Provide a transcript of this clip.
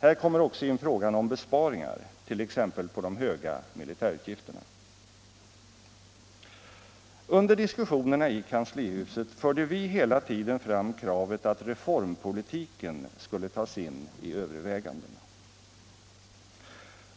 Här kommer också in frågan om besparingar, t.ex. på de höga militärutgifterna. Under diskussionerna i kanslihuset förde vi hela tiden fram kravet att reformpolitiken skulle tas in i övervägandena.